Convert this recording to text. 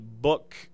book